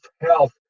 health